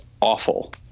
awful